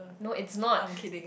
no it's not